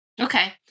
Okay